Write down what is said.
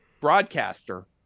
broadcaster